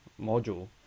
module